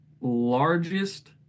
largest